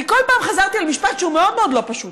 אני כל פעם חזרתי על משפט שהוא מאוד מאוד לא פשוט,